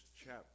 chapter